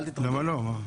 למה לא?